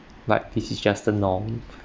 like this is just a norm